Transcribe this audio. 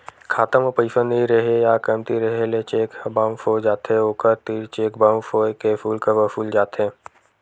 खाता म पइसा नइ रेहे या कमती रेहे ले चेक ह बाउंस हो जाथे, ओखर तीर चेक बाउंस होए के सुल्क वसूले जाथे